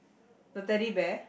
the Teddy Bear